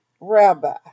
Rabbi